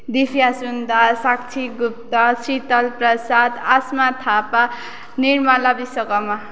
Divya Sundas Sakshi Gupta Shital Prasad Asma Thapa Nirmala Biswakarma